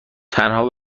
تنها